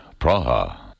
Praha